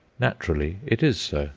naturally it is